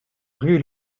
rue